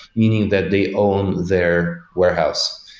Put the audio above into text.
meaning that they own their warehouse.